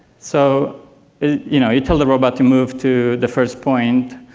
so you know, you told the robot to move to the first point,